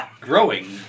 Growing